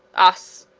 us!